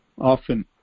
often